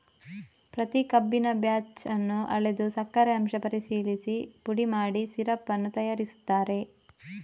ಪ್ರತಿ ಕಬ್ಬಿನ ಬ್ಯಾಚ್ ಅನ್ನು ಅಳೆದು ಸಕ್ಕರೆ ಅಂಶ ಪರಿಶೀಲಿಸಿ ಪುಡಿ ಮಾಡಿ ಸಿರಪ್ ಅನ್ನು ತಯಾರಿಸುತ್ತಾರೆ